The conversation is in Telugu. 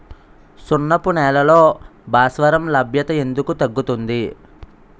సున్నపు నేలల్లో భాస్వరం లభ్యత ఎందుకు తగ్గుతుంది?